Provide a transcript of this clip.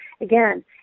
Again